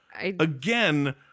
Again